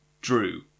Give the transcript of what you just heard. drew